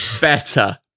Better